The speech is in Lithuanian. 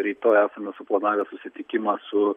rytoj esame suplanavę susitikimą su